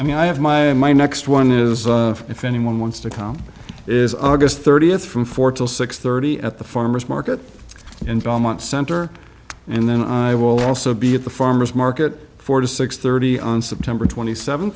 i mean i have my my next one is if anyone wants to come is august thirtieth from four till six thirty at the farmers market and valmont center and then i will also be at the farmer's market four to six thirty on september twenty seven